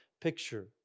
picture